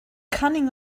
cunning